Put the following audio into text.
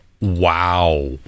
Wow